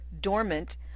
dormant